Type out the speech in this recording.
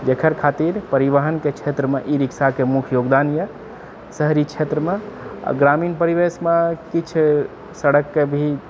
जेकर खातिर परिवहनके क्षत्रमे ई रिक्शाके मुख्य योगदान यऽ शहरी क्षेत्रमे आ ग्रामीण परिवेशमे किछु सड़कके भी